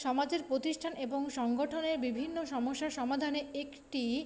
সমাজের প্রতিষ্ঠান এবং সংগঠনের বিভিন্ন সমস্যার সমাধানে একটি